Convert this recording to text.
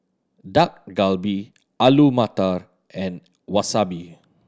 Dak Galbi Alu Matar and Wasabi